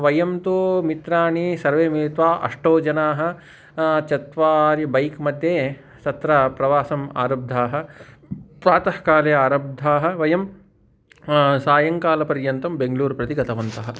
वयं तु मित्राणि सर्वे मिलित्वा अष्टौ जनाः चत्वारि बैक् मध्ये तत्र प्रवासम् आरब्धाः प्रातःकाले आरब्धाः वयं सायङ्कालपर्यन्तं बेङ्गळूर् प्रति गतवन्तः